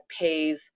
pays